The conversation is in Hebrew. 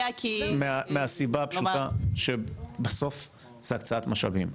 מהסיבה הפשוטה שבסוף זה הקצאת משאבים.